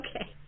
Okay